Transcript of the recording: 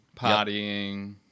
partying